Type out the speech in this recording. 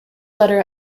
letter